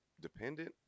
dependent